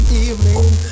evening